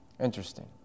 Interesting